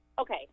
Okay